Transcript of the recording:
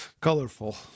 colorful